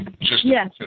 Yes